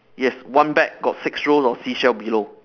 yes one bag got six rows of seashell below